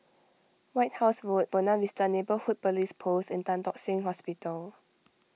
White House Road Buona Vista Neighbourhood Police Post and Tan Tock Seng Hospital